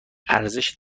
ارزش